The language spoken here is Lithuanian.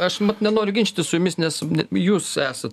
aš nenoriu ginčytis su jumis nes jūs esat